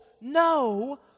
no